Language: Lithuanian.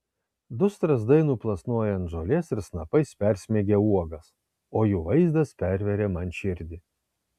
du strazdai nuplasnoja ant žolės ir snapais persmeigia uogas o jų vaizdas perveria man širdį